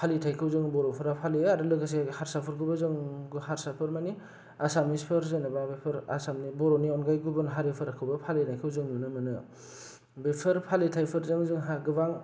फालिथाइफोरखौ जों बर'फोरा फालियो आरो लोगोसे हारसाफोरखौबो जों हारसाफोरनि आसामिसफोर जेनबा आसामनि बर'नि अनगायै गुबुन हारिफोरखौबो फालिनायखौ जों नुनो मोनो बेफोर फालिथाइफोरजों जोंहा गोबां